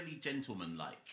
gentlemanlike